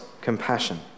compassion